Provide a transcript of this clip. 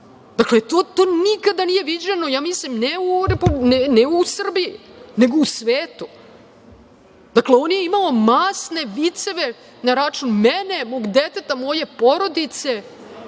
sata. To nikada nije viđeno, ja mislim ne u Srbiji, nego u svetu. Dakle, on je imao masne viceve na račun mene, mog deteta, moje porodice,